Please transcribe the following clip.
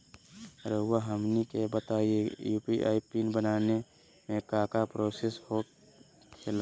रहुआ हमनी के बताएं यू.पी.आई पिन बनाने में काका प्रोसेस हो खेला?